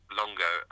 longer